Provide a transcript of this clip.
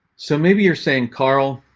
so maybe you're saying karl,